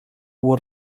what